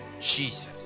Jesus